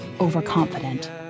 overconfident